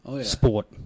Sport